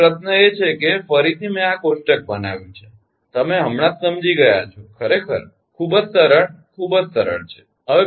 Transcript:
હવે પ્રશ્ન એ છે કે ફરીથી મેં આ કોષ્ટક બનાવ્યું છે તમે હમણાં જ સમજી ગયા છો ખરેખર ખૂબ જ સરળ ખૂબ સરળ છે બરાબર